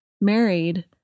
married